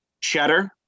Cheddar